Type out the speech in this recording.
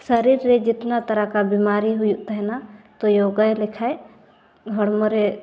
ᱥᱚᱨᱤᱨ ᱨᱮ ᱡᱤᱛᱱᱟ ᱛᱟᱨᱤᱠᱟ ᱵᱮᱢᱟᱨᱤ ᱦᱩᱭᱩᱜ ᱛᱟᱦᱮᱱᱟ ᱛᱳ ᱡᱳᱜᱟ ᱞᱮᱠᱷᱟᱱ ᱦᱚᱲᱢᱚ ᱨᱮ